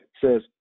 says